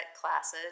classes